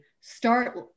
start